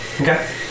Okay